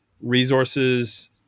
resources